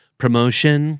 promotion